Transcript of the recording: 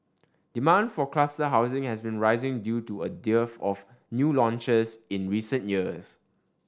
demand for cluster housing has been rising due to a dearth of new launches in recent years